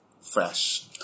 Fresh